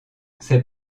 ses